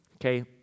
Okay